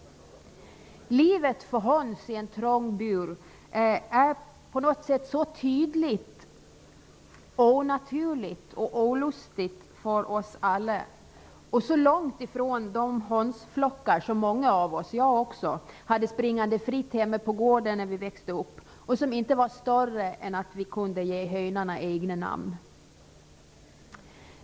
Livet för höns i en trång bur är på något sätt så tydligt onaturligt och olustigt för oss alla och så långt ifrån de hönsflockar som många av oss -- jag också -- hade springande fritt hemma på gården när vi växte upp, och som inte var större än att vi kunde ge hönorna egna namn.